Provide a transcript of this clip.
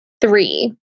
Three